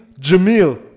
Jamil